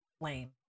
lame